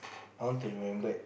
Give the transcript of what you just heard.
I want to remembered